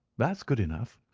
that's good enough.